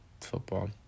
football